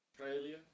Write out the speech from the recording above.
Australia